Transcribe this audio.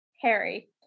Harry